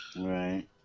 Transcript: Right